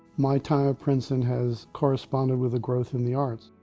my time at princeton has corresponded with a growth in the arts.